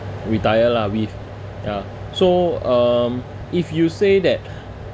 retire lah with ya so um if you say that